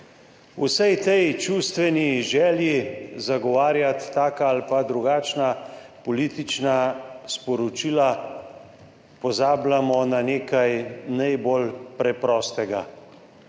vsej tej čustveni želji zagovarjati taka ali pa drugačna politična sporočila pozabljamo na nekaj najbolj preprostega,